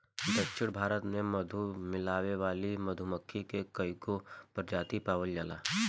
दक्षिण भारत में मधु लियावे वाली मधुमक्खी के कईगो प्रजाति पावल जाला